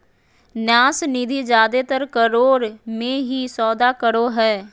न्यास निधि जादेतर करोड़ मे ही सौदा करो हय